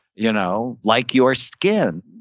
you know like your skin,